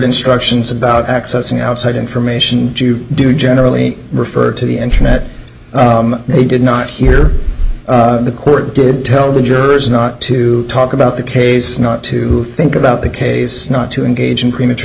instructions about accessing outside information you do generally refer to the internet they did not hear the court did tell the jurors not to talk about the case not to think about the case not to engage in premature